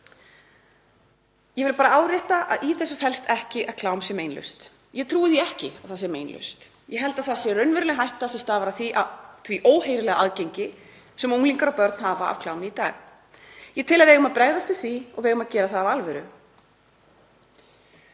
Ég vil bara árétta að í þessu felst ekki að klám sé meinlaust. Ég trúi því ekki að það sé meinlaust. Ég held að það sé raunveruleg hætta sem stafar af því óheyrilega aðgengi sem unglingar og börn hafa að klámi í dag. Ég tel að við eigum að bregðast við því og við eigum að gera það af alvöru.